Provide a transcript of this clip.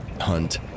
hunt